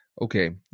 okay